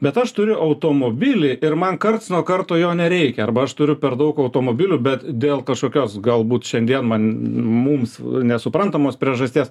bet aš turiu automobilį ir man karts nuo karto jo nereikia arba aš turiu per daug automobilių bet dėl kažkokios galbūt šiandien man mums nesuprantamos priežasties